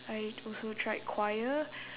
I'd also tried choir